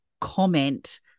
comment